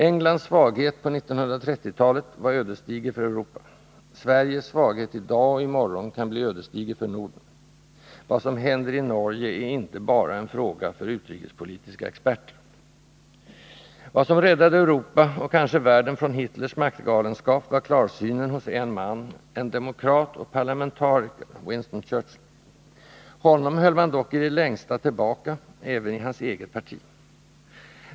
Englands svaghet på 1930-talet var ödesdiger för Europa. Sveriges svaghet i dag och i morgon kan bli ödesdiger för Norden. Vad som händer i Norge är inte bara en fråga för utrikespolitiska experter. — Vad som räddade Europa och kanske världen från Hitlers maktgalenskap var klarsynen hos en man, en demokrat och parlamentariker, Winston Churchill. Honom höll man dock i det längsta tillbaka — även i hans eget parti.